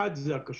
אחת היא הכשרות,